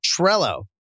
Trello